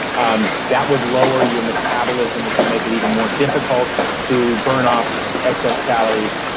um that would lower your metabolism, which would make it even more difficult to burn off excess calories.